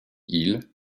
hill